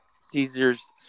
Caesars